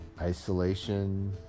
isolation